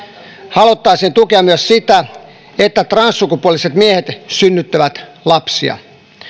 haluttaisiin tukea myös sitä että transsukupuoliset miehet synnyttävät lapsia